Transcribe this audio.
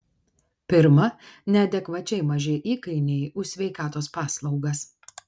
pirma neadekvačiai maži įkainiai už sveikatos paslaugas